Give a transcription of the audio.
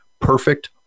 perfect